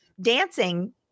dancing